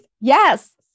Yes